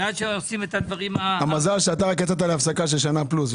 עד שעושים את הדברים --- המזל הוא שאתה רק יצאת להפסקה של שנה פלוס,